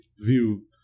view